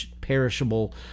perishable